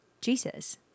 Jesus